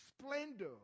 splendor